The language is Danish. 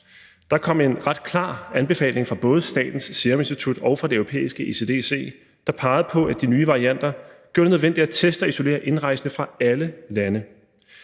Der kom en ret klar anbefaling fra både Statens Serum Institut og fra det europæiske ECDC, der pegede på, at de nye varianter gjorde det nødvendigt at teste og isolere indrejsende fra alle lande.